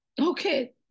Okay